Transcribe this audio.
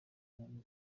intambwe